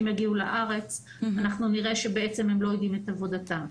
יגיעו לארץ אנחנו נראה שבעצם הם לא יודעים את עבודתם.